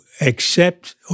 accept